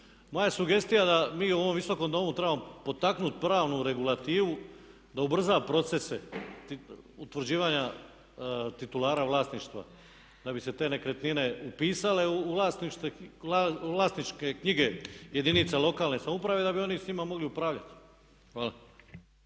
Moja sugestija da mi u ovom Visokom domu trebamo potaknuti pravnu regulativu da ubrza procese utvrđivanja titulara vlasništva da bi se te nekretnine upisale u vlasničke knjige jedinica lokalne samouprave i da bi oni s njima mogli upravljati. Hvala.